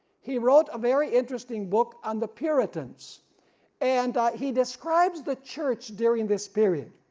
he wrote a very interesting book on the puritans and he describes the church during this period,